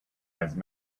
wise